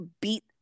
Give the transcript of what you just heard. beat